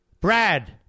Brad